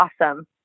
awesome